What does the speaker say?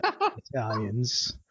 Italians